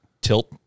tilt